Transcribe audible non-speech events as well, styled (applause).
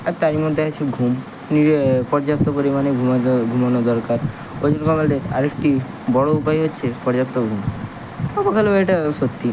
আর তারই মধ্যে আছে ঘুম (unintelligible) পর্যাপ্ত পরিমাণে ঘুমোনো দরকার ওজন কমানোটায় আর একটি বড়ো উপায় হচ্ছে পর্যাপ্ত ঘুম (unintelligible) এটা সত্যি